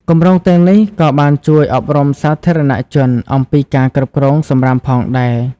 គម្រោងទាំងនេះក៏បានជួយអប់រំសាធារណជនអំពីការគ្រប់គ្រងសំរាមផងដែរ។